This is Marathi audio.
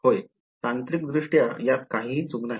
होय तांत्रिकदृष्ट्या यात काहीही चूक नाही